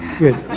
good.